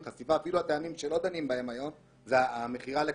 אפילו טעמים שלא דנים בהם היום זה מכירה לקטינים.